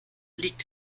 liegt